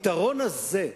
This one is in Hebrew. הפתרון הזה,